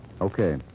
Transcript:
Okay